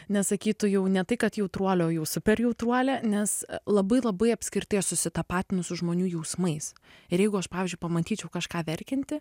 nes sakytų jau ne tai kad jautruolė o jau super jautruolė nes labai labai apskritai aš susitapatinu su žmonių jausmais ir jeigu aš pavyzdžiui pamatyčiau kažką verkiantį